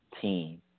team